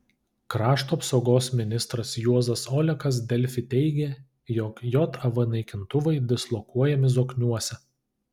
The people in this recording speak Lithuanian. krašto apsaugos ministras juozas olekas delfi teigė jog jav naikintuvai dislokuojami zokniuose